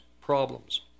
problems